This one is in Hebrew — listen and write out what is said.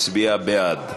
הצביעה בעד.